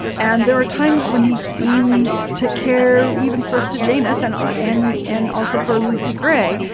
and there are times when he seems to care even for sajan us and um and and also for lucy gray.